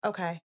Okay